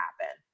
happen